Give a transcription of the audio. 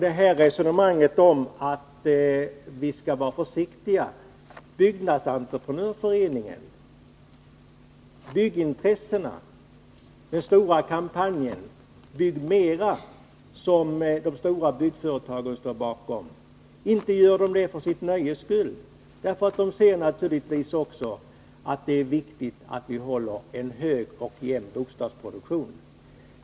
Så till resonemanget om att vi skall vara försiktiga. Byggnadsentreprenör tiska åtgärder föreningen, byggintressena, de stora byggföretagen — alla står bakom den stora kampanjen Bygg mera, och inte gör de det för sitt nöjes skull. De inser naturligtvis också att det är viktigt med en jämn och hög bostadsproduktion.